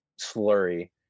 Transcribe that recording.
slurry